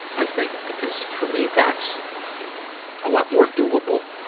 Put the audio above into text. i think, because for me, that's a lot more doable,